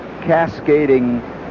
cascading